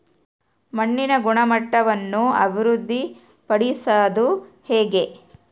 ಮಣ್ಣಿನ ಗುಣಮಟ್ಟವನ್ನು ಅಭಿವೃದ್ಧಿ ಪಡಿಸದು ಹೆಂಗೆ?